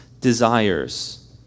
desires